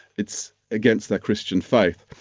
it's against their christian faith.